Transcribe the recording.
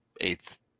eighth